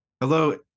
hello